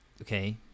okay